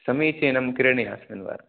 समीचीनं क्रीडणीयास्मिन् वारे